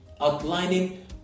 outlining